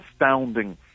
astounding